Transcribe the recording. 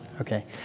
Okay